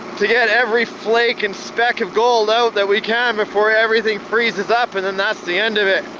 to get every flake and speck of gold out that we can before everything freezes up and then that's the end of it.